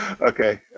Okay